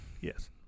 yes